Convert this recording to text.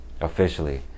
officially